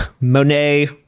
monet